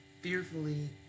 fearfully